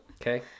okay